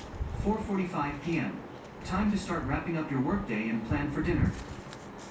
four forty five P_M time to start wrapping up your work day and plan for dinner